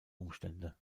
umstände